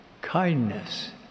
kindness